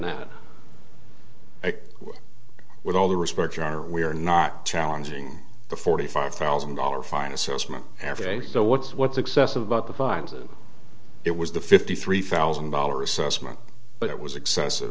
now with all due respect your honor we are not challenging the forty five thousand dollar fine assessment after day so what's what's excessive about the fines and it was the fifty three thousand dollar assessment but it was excessive